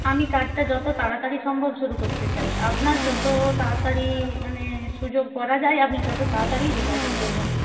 আমি কাজটা যত তাড়াতাড়ি সম্ভব শুরু করতে চাই আপনার যত তাড়াতাড়ি মানে সুযোগ করা যায় আপনি তত তাড়াতাড়িই যোগাযোগ করবেন